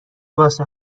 واسه